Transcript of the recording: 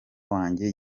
wanjye